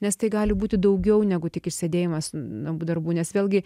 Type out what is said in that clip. nes tai gali būti daugiau negu tik išsėdėjimas namų darbų nes vėlgi